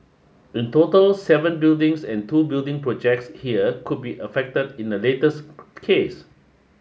in total seven buildings and two building projects here could be affected in the latest case